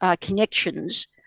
connections